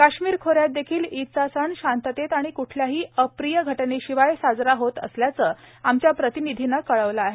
काश्मीर खोऱ्यात देखील ईदचा सण शांततेत आणि कुठल्याही अप्रिय घटनेशिवाय साजरा होत असल्याचं आमच्या प्रतिनिधीनं कळवलं आहे